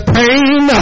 pain